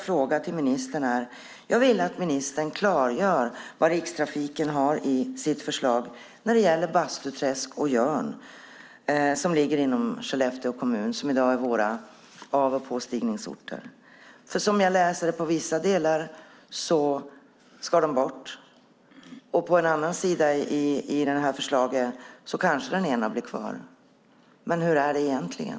Jag vill därför att ministern klargör vad Rikstrafikens förslag innebär när det gäller Bastuträsk och Jörn vilka båda ligger i Skellefteå kommun och i dag är våra av och påstigningsorter. Som jag läser det ska de bort enligt en sida i förslaget, och på en annan sida kanske den ena blir kvar. Hur är det egentligen?